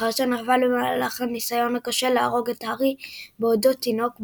לאחר שנפל במהלך הניסיון הכושל להרוג את הארי בעודו תינוק בעריסה.